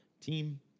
team